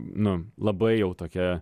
nu labai jau tokia